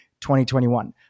2021